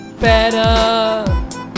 better